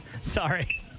Sorry